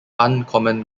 uncommon